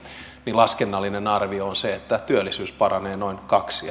laskennallinen arvio on että työllisyys paranee noin kaksi